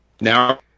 Now